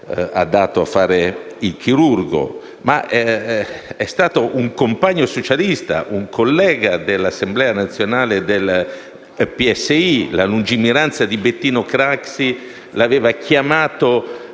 è stato un compagno socialista, un collega dell'assemblea nazionale del PSI. Grazie alla lungimiranza di Bettino Craxi era stato chiamato